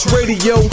Radio